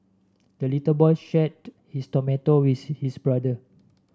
the little boy shared his tomato with his brother